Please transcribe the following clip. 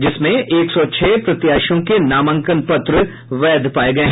जिसमें एक सौ छह प्रत्याशियों के नामांकन पत्र वैध पाये गये